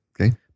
Okay